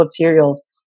materials